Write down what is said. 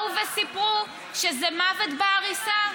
באו וסיפרו שזה מוות בעריסה,